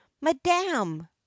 madame